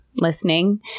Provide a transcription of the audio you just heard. Listening